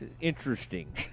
Interesting